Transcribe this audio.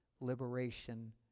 liberation